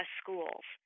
schools